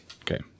Okay